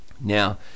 Now